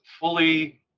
fully